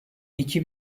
iki